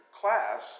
class